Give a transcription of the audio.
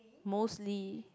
mostly